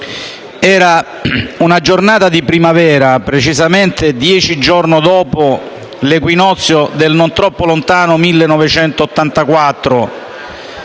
era una giornata di primavera - precisamente dieci giorni dopo l'equinozio del non troppo lontano 1984